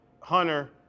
Hunter